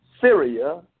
Syria